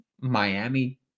Miami